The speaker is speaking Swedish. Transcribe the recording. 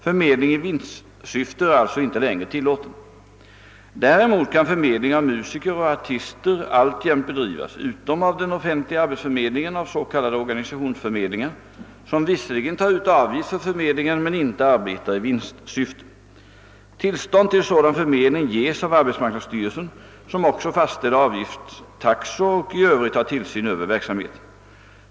Förmedling i vinstsyfte är alltså inte längre tillåten. Däremot kan förmedling av musiker och artister alltjämt bedrivas — utom av den offentliga arbetsförmedlingen av s.k. organisationsförmedlingar, som visserligen tar ut avgift för förmedlingen men inte arbetar i vinstsyfte. Tillstånd till sådan förmedling ges av arbetsmarknadsstyrelsen, som också fastställer avgiftstaxor och i övrigt har tillsyn över verksamheten.